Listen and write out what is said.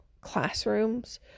classrooms